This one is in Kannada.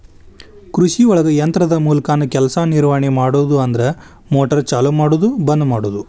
ಕೃಷಿಒಳಗ ಯಂತ್ರದ ಮೂಲಕಾನ ಕೆಲಸಾ ನಿರ್ವಹಣೆ ಮಾಡುದು ಅಂದ್ರ ಮೋಟಾರ್ ಚಲು ಮಾಡುದು ಬಂದ ಮಾಡುದು